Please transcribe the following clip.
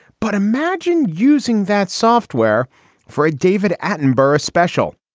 but imagine using that software for a david attenborough special